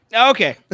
Okay